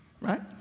right